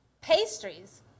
pastries